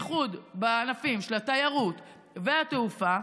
בייחוד בענפים של התיירות והתעופה,